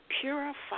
purify